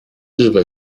日本